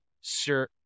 sir